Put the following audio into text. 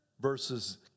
versus